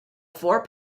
four